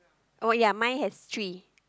oh ya mine has three